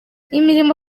imirimo